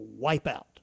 Wipeout